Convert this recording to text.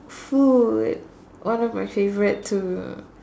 food one of my favourite too